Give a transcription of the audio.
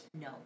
No